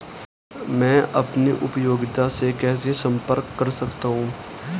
मैं अपनी उपयोगिता से कैसे संपर्क कर सकता हूँ?